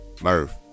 Murph